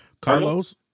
Carlos